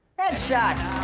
head shots.